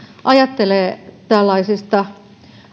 ajattelee tällaisista